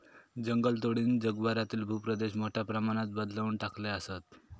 जंगलतोडीनं जगभरातील भूप्रदेश मोठ्या प्रमाणात बदलवून टाकले आसत